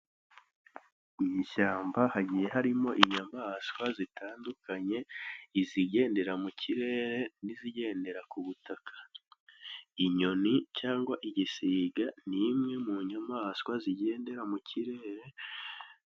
Mu ishyamba hagiye harimo inyamaswa zitandukanye, izigendera mu kirere n'izigendera ku butaka. Inyoni cyangwa igisiga ni imwe mu nyamaswa zigendera mu kirere.